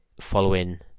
following